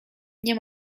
nie